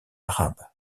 arabe